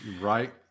Right